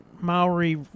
maori